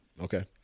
Okay